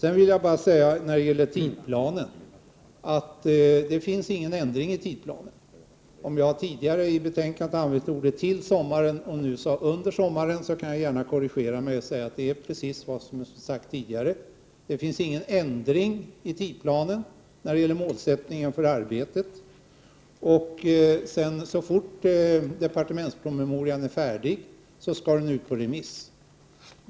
När det gäller tidsplanen vill jag bara säga att det inte föreligger någon ändring av den. Om jag i betänkandet har använt uttrycket ”till sommaren” och nu sade ”under sommaren” kan jag gärna korrigera det senare och säga att det som nu gäller är precis vad som tidigare har sagts. Det har inte gjorts någon ändring i tidsplanen när det gäller målsättningen för arbetet. Så fort departementspromemorian är färdig skall den ut på remiss.